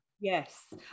yes